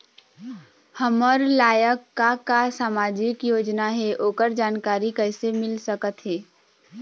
हमर लायक का का सामाजिक योजना हे, ओकर जानकारी कइसे मील सकत हे?